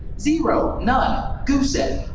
zero, none, goose egg.